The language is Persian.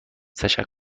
تشکر